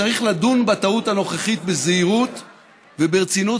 צריך לדון בטעות הנוכחית בזהירות וברצינות,